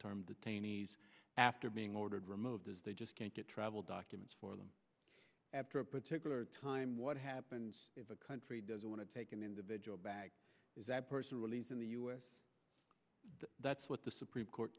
term detainees after being ordered removed as they just can't get travel documents for them after a particular time what happens if a country doesn't want to take an individual back is that person released in the u s that's what the supreme court